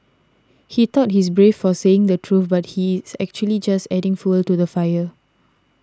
he thought he's brave for saying the truth but he's actually just adding fuel to the fire